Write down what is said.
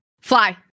Fly